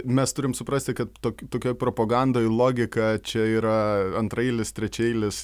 mes turim suprasti kad tok tokioj propagandoj logika čia yra antraeilis trečiaeilis